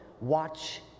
watch